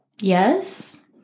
yes